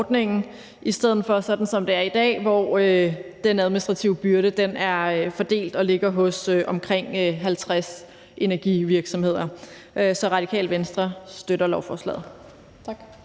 i stedet for, som det er i dag, at den administrative byrde er fordelt og ligger hos omkring 50 energivirksomheder. Radikale Venstre støtter lovforslaget. Kl.